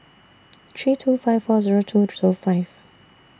three two five four Zero two Zero five